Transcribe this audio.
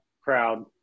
crowd